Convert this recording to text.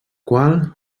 qual